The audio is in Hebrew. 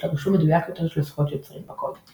לרישום מדויק יותר של זכויות יוצרים בקוד.